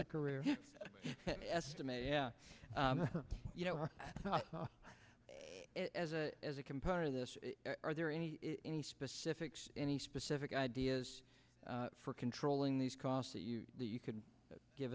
a career estimate yeah you know as a as a component of this are there any any specifics any specific ideas for controlling these costs that you could give